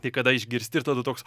tai kada išgirsti ir tada toks